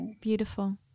Beautiful